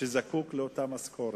שזקוק לאותה משכורת.